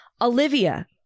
Olivia